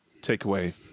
takeaway